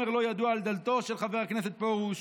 לא ידוע על דלתו של חבר הכנסת פרוש,